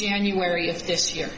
january of this year